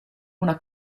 una